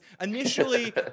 initially